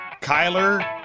Kyler